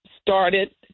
started